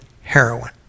heroin